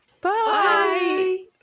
Bye